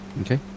Okay